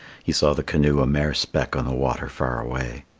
he saw the canoe a mere speck on the water far away.